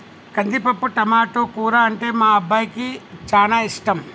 కందిపప్పు టమాటో కూర అంటే మా అబ్బాయికి చానా ఇష్టం